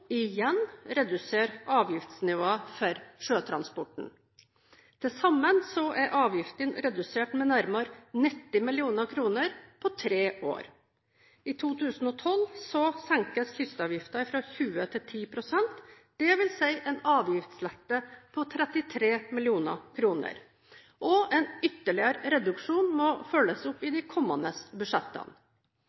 igjen redusere avgiftsnivået for sjøtransporten. Til sammen er avgiftene redusert med nærmere 90 mill. kr på tre år. I 2012 senkes kystavgiften fra 20 pst. til 10 pst., dvs. en avgiftslette på 33 mill. kr. En ytterligere reduksjon må følges opp i de kommende budsjettene.